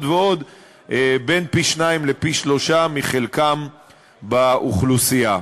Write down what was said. ועוד בין פי-שניים לפי-שלושה מחלקם באוכלוסייה.